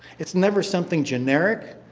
it's never something generic.